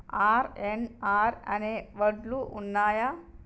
RNR అనే వడ్లు ఉన్నయా?